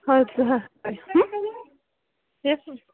ہَتھ زٕ ہَتھ تانۍ کیٚنٛہہ چھُنہٕ